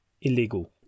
illegal